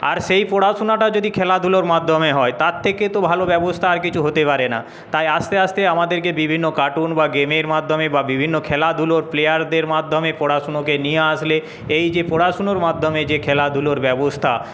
আর সেই পড়াশোনাটা যদি খেলাধুলোর মাধ্যমে হয় তার থেকে তো ভালো ব্যবস্থা তো আর কিছু হতে পারে না তাই আস্তে আস্তে আমাদেরকে বিভিন্ন কার্টুন বা গেমের মাধ্যমে বা বিভিন্ন খেলাধুলোর প্লেয়ারদের মাধ্যমে পড়াশোনাকে নিয়ে আসলে এই যে পড়াশোনার মাধ্যমে যে খেলাধুলোর ব্যবস্থা